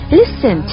listen